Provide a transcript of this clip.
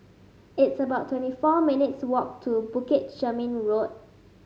it's about twenty four minutes' walk to Bukit Chermin Road